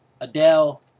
Adele